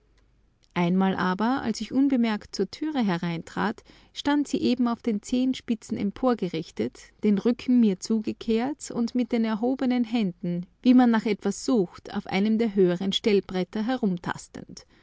einmal aber als ich unbemerkt zur türe hereintrat stand sie eben auf den zehenspitzen emporgerichtet den rücken mir zugekehrt und mit den erhobenen händen wie man nach etwas sucht auf einem der höheren